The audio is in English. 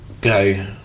go